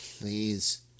please